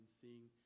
seeing